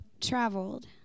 traveled